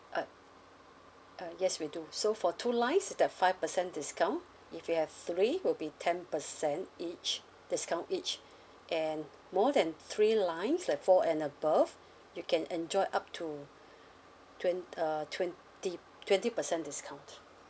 uh uh yes we do so for two lines is that five percent discount if you have three will be ten percent each discount each and more than three lines like four and above you can enjoy up to twen~ uh twenty twenty percent discount